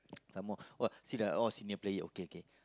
some more see like senior player okay okay